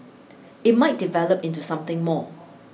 it might develop into something more